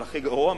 אבל הכי גרוע,